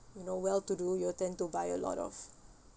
you know well to do you're tend to buy a lot of